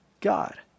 God